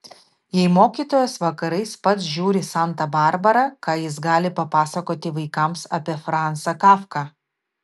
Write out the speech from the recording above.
jei mokytojas vakarais pats žiūri santą barbarą ką jis gali papasakoti vaikams apie franzą kafką